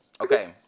Okay